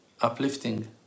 uplifting